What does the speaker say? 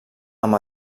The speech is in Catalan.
amb